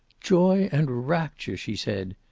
joy and rapture! she said.